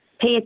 pay